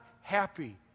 happy